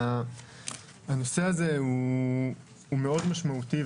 הנושא הזה הוא מאוד משמעותי.